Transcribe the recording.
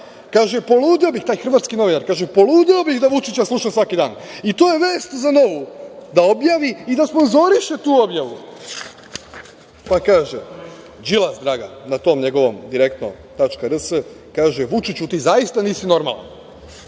se oni bave. Taj hrvatski novinar kaže: „Poludeo bih da Vučića slušam svaki dan“. I to je vest za „Novu“ da objavi i da sponzoriše tu objavu. Kaže Đilas Dragan na tom njegovom „Direktno.rs“, kaže: „Vučiću, ti zaista nisi normalan.“